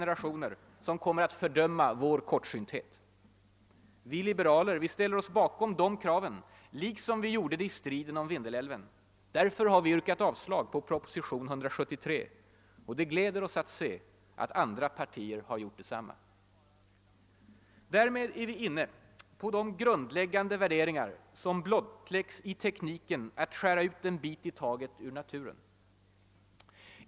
nerationer som kommer att fördöma vår kortsynthet. Vi liberaler ställer oss nu bakom de kraven, liksom vi gjorde det i striden om Vindelälven. Därför har vi yrkat avslag på proposition nr 173, och det gläder oss att se att andra partier har gjort detsamma. Därmed är vi inne på de grundläggande värderingar som blottläggs i tekniken att skära ut en bit i taget ur naturen.